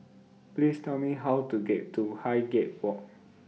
Please Tell Me How to get to Highgate Walk